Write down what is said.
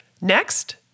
next